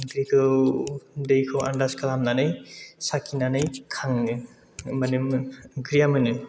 ओंख्रिखौ दैखौ आनदास खालामनानै साखिनानै खाङो माने ओंख्रिया मोनो